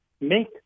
make